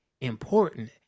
important